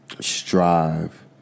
strive